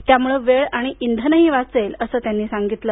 त्यामुळे वेळ आणि इंधनही वाचेल असं त्यांनी सांगितलं